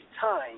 time